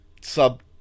sub